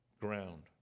ground